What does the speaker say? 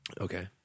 Okay